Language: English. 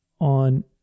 on